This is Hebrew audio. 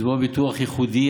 מדובר בביטוח ייחודי,